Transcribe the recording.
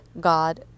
God